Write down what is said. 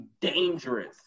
dangerous